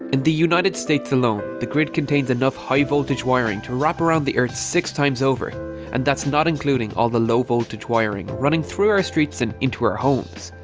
and the united states alone the grid contains enough high voltage wiring to wrap around the earth earth six times over and that's not including all the low voltage wiring running through our streets and into our homes.